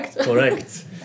correct